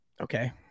Okay